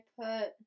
put